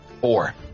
Four